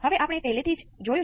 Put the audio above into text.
તો હવે મારે શું કરવું જોઈએ